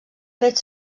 fet